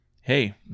hey